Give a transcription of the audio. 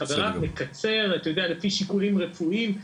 נקצר לפי שיקולים רפואיים.